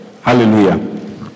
hallelujah